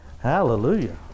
Hallelujah